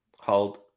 Hold